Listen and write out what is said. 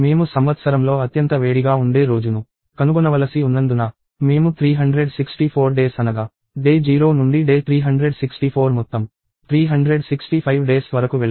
మేము సంవత్సరంలో అత్యంత వేడిగా ఉండే రోజును కనుగొనవలసి ఉన్నందున మేము 364 డేస్ అనగా డే 0 నుండి డే 364 మొత్తం 365 డేస్ వరకు వెళ్లాలి